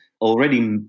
already